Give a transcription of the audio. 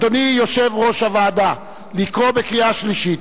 אדוני יושב ראש הוועדה, לקרוא בקריאה שלישית?